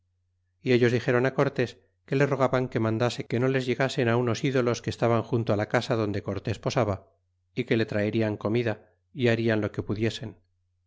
y ellos dixéron cortés que le rogaban que mandase que no les llegasen unos ídolos que estaban junto a la casa donde cortés posaba é que le traerian comida y bailan lo que pudiesen